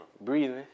Breathing